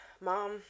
Mom